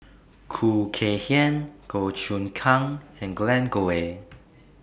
Khoo Kay Hian Goh Choon Kang and Glen Goei